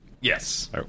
Yes